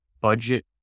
budget